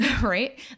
Right